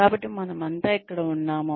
కాబట్టి మనమంతా ఇక్కడ ఉన్నాము